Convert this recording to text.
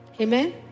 Amen